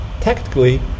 tactically